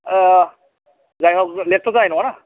जायहक लेटत' जानाय नङाना